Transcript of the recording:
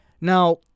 Now